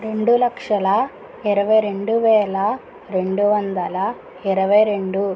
రెండు లక్షల ఇరవై రెండువేల రెండు వందల ఇరవై రెండు